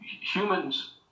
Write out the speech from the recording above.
humans